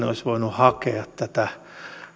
olisi voinut hakea tätä